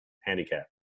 handicap